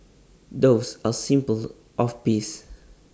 doves are A symbol of peace